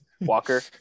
Walker